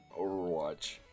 Overwatch